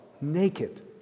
naked